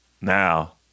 Now